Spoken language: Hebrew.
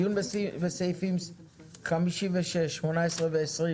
דיון בסעיפים 56, 18 ו-20